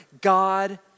God